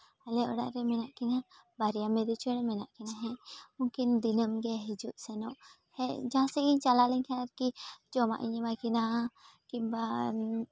ᱟᱞᱮ ᱚᱲᱟᱜ ᱨᱮ ᱢᱮᱱᱟᱜ ᱠᱤᱱᱟᱹ ᱵᱟᱨᱭᱟ ᱢᱤᱨᱩ ᱪᱮᱬᱮ ᱢᱮᱱᱟᱜ ᱠᱤᱱᱟᱹ ᱦᱮᱸ ᱩᱱᱠᱤᱱ ᱫᱤᱱᱟᱹᱢ ᱜᱮ ᱦᱤᱡᱩᱜ ᱥᱮᱱᱚᱜ ᱦᱮᱡ ᱡᱟᱦᱟᱸ ᱥᱮᱡ ᱜᱮ ᱪᱟᱞᱟᱣ ᱞᱮᱱᱠᱷᱟᱱ ᱟᱨᱠᱤ ᱡᱚᱢᱟᱜ ᱤᱧ ᱮᱢᱟᱠᱤᱱᱟ ᱠᱤᱢᱵᱟ